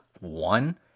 one